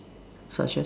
such as